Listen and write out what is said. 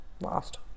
lost